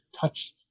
touch